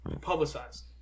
publicized